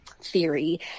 theory